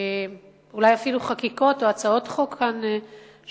אולי אפילו בחקיקות או בהצעות חוק שקוראות